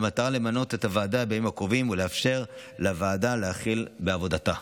במטרה למנות את הוועדה בימים הקרובים ולאפשר לוועדה להחל בעבודתה.